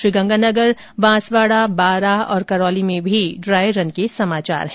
श्रीगंगानगर बांसवाड़ा बारां और करौली में भी ड्राय रन के समाचार है